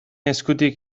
eskutik